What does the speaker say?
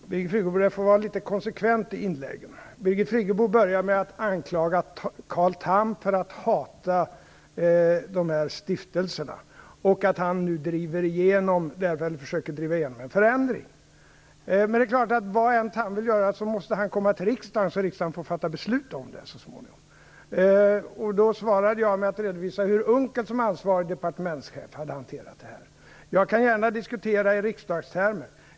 Fru talman! Birgit Friggebo, det får vara litet konsekvens i inläggen. Birgit Friggebo börjar med att anklaga Carl Tham för att hata de här stiftelserna och för att han nu försöker driva igenom en förändring. Vad än Tham vill göra måste han komma till riksdagen, så att riksdagen får fatta beslut så småningom. Jag svarade med att redovisa hur Unckel som ansvarig departementschef hade hanterat frågan. Jag kan gärna diskutera i riksdagstermer.